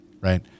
right